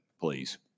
please